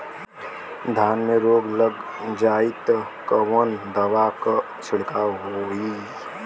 धान में रोग लग जाईत कवन दवा क छिड़काव होई?